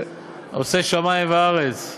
"עושה שמים וארץ".